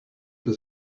was